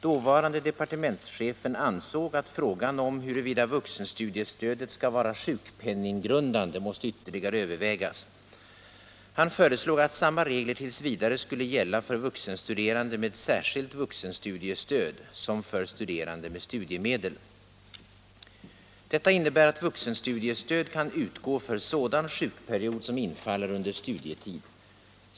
Dåvarande Jepartementschefen ansåg att frågan om huruvida vuxenstudiestödet skall vara sjukpenninggrundande måste ytterligare övervägas. Han föreslog att samma regler t. v. skulle gälla för vuxenstuderande med särskilt vuxenstudiestöd som för studerande med studiemedel. Detta innebär att vuxenstudiestöd kan utgå för sådan sjukperiod som infaller under studietid.